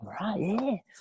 right